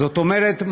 זאת אומרת,